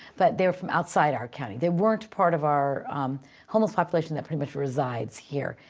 but they're from outside our county. they weren't part of our homeless population that pretty much resides here.